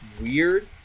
weird